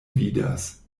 vidas